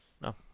No